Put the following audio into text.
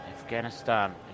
Afghanistan